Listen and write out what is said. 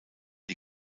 die